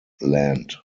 land